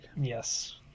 Yes